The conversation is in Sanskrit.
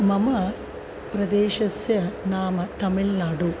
मम प्रदेशस्य नाम तमिल्नाडु